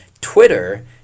Twitter